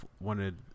wanted